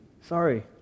Sorry